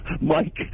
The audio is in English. Mike